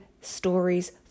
stories